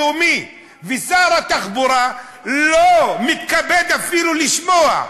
פרויקט לאומי שר התחבורה לא מתכבד אפילו לשמוע,